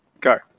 Go